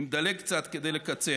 אני מדלג קצת כדי לקצר.